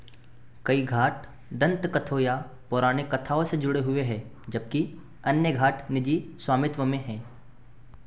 कई घाट दंतकथाओं या पौराणिक कथाओं से जुड़े हुए हैं जबकि अन्य घाट निजी स्वामित्व में हैं